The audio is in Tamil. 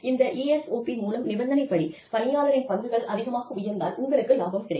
இந்த ESOP மூலம் நிபந்தனைப்படி பணியாளரின் பங்குகள் அதிகமாக உயர்ந்தால் உங்களுக்கு லாபம் கிடைக்கும்